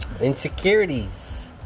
insecurities